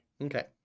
Okay